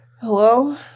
Hello